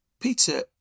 Peter